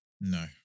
No